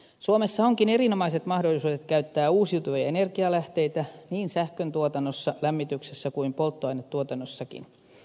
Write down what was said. suomessa onkin erinomaiset mahdollisuudet käyttää uusiutuvia energialähteitä niin sähköntuotannossa lämmityksessä kuin polttoainetuotannossakin